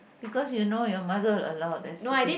because you know your mother will allow that's the thing